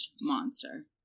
monster